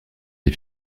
des